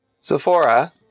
Sephora